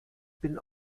bin